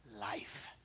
life